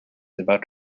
about